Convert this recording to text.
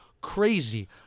crazy